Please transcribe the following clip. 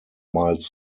miles